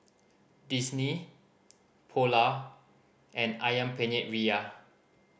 Disney Polar and Ayam Penyet Ria